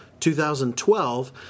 2012